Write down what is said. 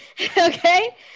okay